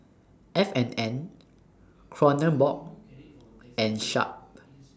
F and N Kronenbourg and Sharp